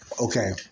Okay